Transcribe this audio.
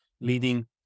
leading